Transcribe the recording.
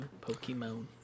Pokemon